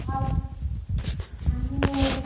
अब हामी